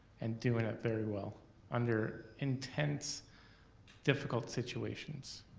and doing it very well under intense difficult situations.